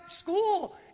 school